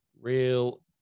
Real